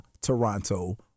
Toronto